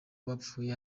bapfuye